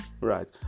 Right